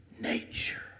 nature